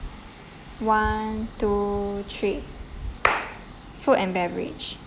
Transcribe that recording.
one two three food and beverage